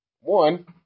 one